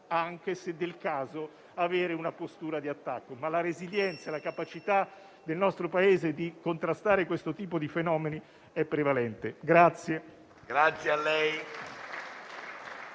poi, se del caso, anche avere una postura di attacco, ma la resilienza e la capacità del nostro Paese di contrastare questo tipo di fenomeni sono prevalenti.